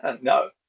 no